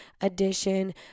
edition